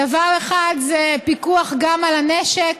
דבר אחד זה פיקוח גם על הנשק.